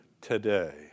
today